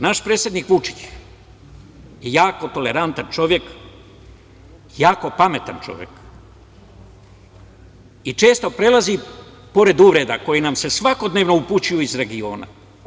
Naš predsednik Vučić je jako tolerantan čovek, jako pametan čovek i često prelazi preko uvreda koje nam se svakodnevno upućuju iz regiona.